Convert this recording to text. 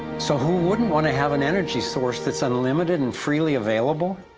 so who wouldn't want to have an energy source that's unlimited and freely available?